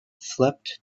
slept